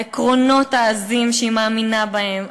העקרונות העזים שהיא מאמינה בהם,